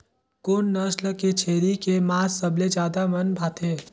कोन नस्ल के छेरी के मांस सबले ज्यादा मन भाथे?